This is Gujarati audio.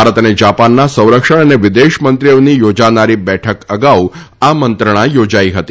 ભારત અને જાપાનના સંરક્ષણ અને વિદેશમંત્રીઓની યોજાનારી બેઠક અગાઉ આ મંત્રણા યોજાઇ હતી